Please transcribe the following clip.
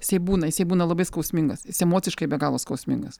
jisai būna jisai būna labai skausmingas jis emociškai be galo skausmingas